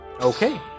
Okay